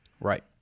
Right